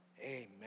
Amen